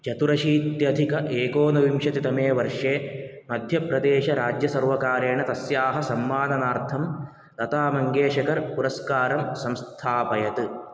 चतुरशीत्यधिक एकोनविंशतितमे वर्षे मध्यप्रदेशराज्यसर्वकारेण तस्याः सम्मानार्थं लतामङ्गेशकर् पुरस्कारं संस्थापयत्